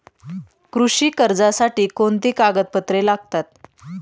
कृषी कर्जासाठी कोणती कागदपत्रे लागतात?